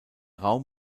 raum